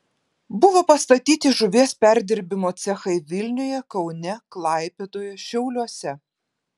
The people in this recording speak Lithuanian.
buvo pastatyti žuvies perdirbimo cechai vilniuje kaune klaipėdoje šiauliuose